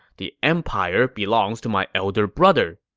the empire belongs to my elder brother.